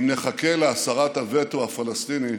אם נחכה להסרת הווטו הפלסטיני,